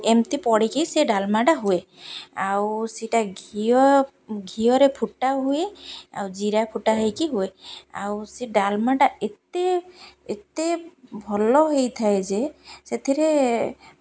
ଏମିତି ପଡ଼ିକି ସେ ଡାଲମାଟା ହୁଏ ଆଉ ସେଟା ଘିଅ ଘିଅରେ ଫୁଟା ହୁଏ ଆଉ ଜୀରା ଫୁଟା ହେଇକି ହୁଏ ଆଉ ସେ ଡାଲମାଟା ଏତେ ଏତେ ଭଲ ହେଇଥାଏ ଯେ ସେଥିରେ